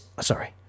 Sorry